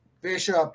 Bishop